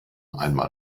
einmal